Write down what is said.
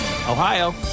Ohio